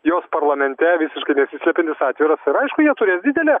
jos parlamente visiškai nesislepiantis atviras ir aišku jie turės didelę